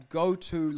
go-to